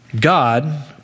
God